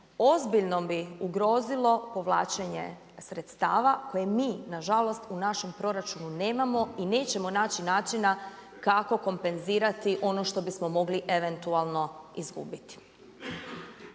ozbiljno bi ugrozilo povlačenje sredstava koje mi na žalost u našem proračunu nemamo i nećemo naći načina kako kompenzirati ono što bismo mogli eventualno izgubiti.